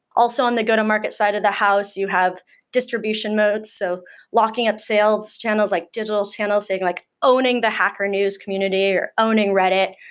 also on the go-to-market side of the house, you have distribution moats. so locking up sales channels, like digital channels, they're like owning the hacker news community or owning redit.